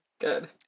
good